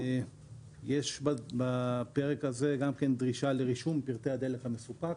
יש בפרק זה גם דרישה לרישום פרטי הדלק המסופק.